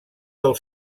del